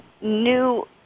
new